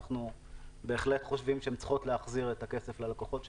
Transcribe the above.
אנו בהחלט חושבים שהן צריכות להחזיר את הכסף ללקוחות,